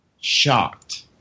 shocked